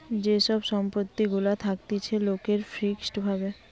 যে সব সম্পত্তি গুলা থাকতিছে লোকের ফিক্সড ভাবে